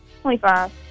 Twenty-five